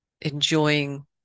enjoying